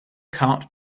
cart